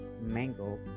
mango